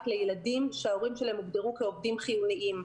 לילדים שההורים שלהם הוגדרו כעובדים חיוניים.